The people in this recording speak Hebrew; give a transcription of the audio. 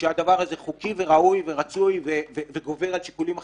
שהדבר הזה חוקי וראוי ורצוי וגובר על שיקולים אחרים,